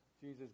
Jesus